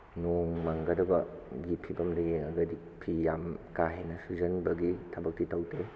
ꯅꯣꯡ ꯃꯪꯒꯗꯕꯒꯤ ꯐꯤꯕꯝꯗ ꯌꯦꯡꯉꯒꯗꯤ ꯐꯤ ꯌꯥꯝ ꯀꯥꯍꯦꯟꯅ ꯁꯨꯖꯤꯟꯕꯒꯤ ꯊꯕꯛꯇꯤ ꯇꯧꯗꯦ